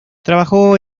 trabajó